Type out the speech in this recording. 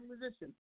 musician